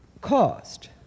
caused